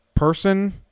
Person